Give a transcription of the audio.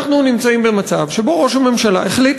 אנחנו נמצאים במצב שבו ראש הממשלה החליט,